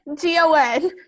G-O-N